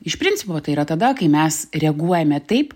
iš principo tai yra tada kai mes reaguojame taip